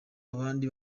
abandi